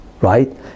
right